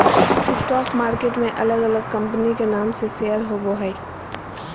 stock market में अलग अलग कंपनी के नाम से शेयर होबो हइ